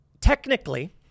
Technically